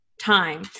Time